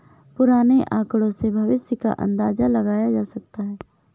पुराने आकड़ों से भविष्य का अंदाजा लगाया जा सकता है